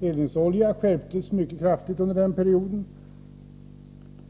eldningsolja skärptes mycket kraftigt under den perioden?